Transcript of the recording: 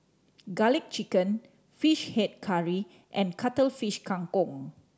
Garlic Chicken Fish Head Curry and Cuttlefish Kang Kong